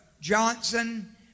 Johnson